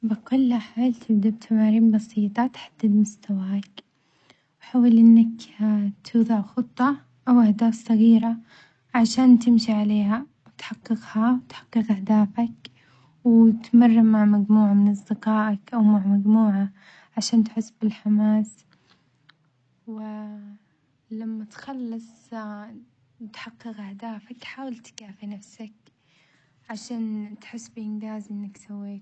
بقول له حال تبدأ بتمارين بسيطة تحدد مستواك، وحاول أنك ها توضع خطة وأهداف صغيرة عشان تمشي عليها وتحققها وتحقق أهدافك، واتمرن مع مجموعة من أصدقائك أو مع مجموعة عشان تحس بالحماس و لما تخلص وتحقق أهدافك حاول تكافئ نفسك عشان تحس بإنجاز إنك سويته.